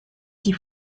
die